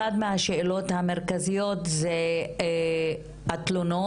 אחת מהשאלות המרכזיות זה התלונות